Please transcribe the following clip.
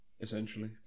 Essentially